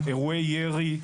אירועי ירי,